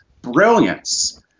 brilliance